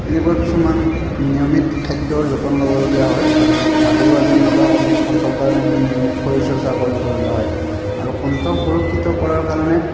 এনেকুৱা কিছুমান নিয়মিত খাদ্যৰ যতন ল'বলগীয়া হয় আৰু ভাগৰুৱা যেন লগা ক কণ্ঠৰ কাৰণে মই নিয়মিত শৰীৰ চৰ্চা কৰিবলগা হয় আৰু কণ্ঠ সুৰক্ষিত কৰাৰ কাৰণে